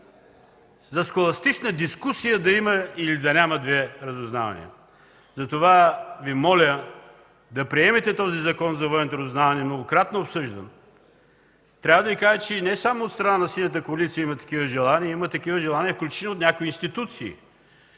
за схоластична дискусия да има или да няма две разузнавания. Затова Ви моля да приемете този Закон за военното разузнаване, който е многократно обсъждан. Трябва да Ви кажа, че не само от страна на Синята коалиция има такива желания. Такива желания има включително и от някои институции.